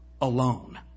alone